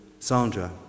Sandra